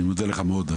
אני מודה לך מאוד.